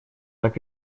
так